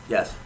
Yes